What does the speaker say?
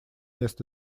мест